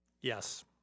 Yes